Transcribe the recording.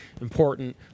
important